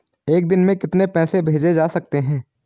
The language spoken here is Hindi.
एक दिन में कितने पैसे भेजे जा सकते हैं?